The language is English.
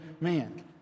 man